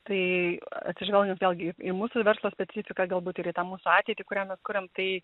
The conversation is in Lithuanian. tai atsižvelgiant vėlgi į mūsų verslo specifiką galbūt ir į tą mūsų ateitį kurią mes kuriam tai